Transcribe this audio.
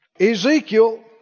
Ezekiel